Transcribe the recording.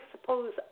suppose